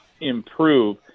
improve